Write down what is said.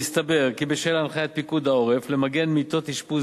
והסתבר כי בשל הנחיית פיקוד העורף למגן מיטות אשפוז